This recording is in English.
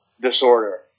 disorder